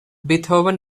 beethoven